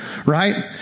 Right